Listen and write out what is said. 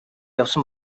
явсан